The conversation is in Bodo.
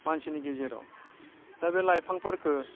मानसिनि गेजेराव दा बे लाइफांफोरखौ